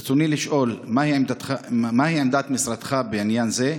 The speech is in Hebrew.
ברצוני לשאול: 1. מהי עמדת משרדך בעניין זה?